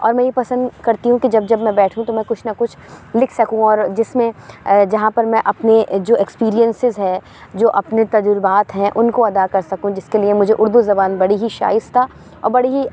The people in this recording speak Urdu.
اور میں یہ پسند کرتی ہوں کہ جب جب میں بیٹھوں تو میں کچھ نہ کچھ لکھ سکوں اور جس میں جہاں پر میں اپنے جو ایکسپرئنسز ہے جو اپنے تجربات ہیں اُن کو ادا کر سکوں جس کے لیے مجھے اُردو زبان بڑی ہی شائستہ اور بڑی ہی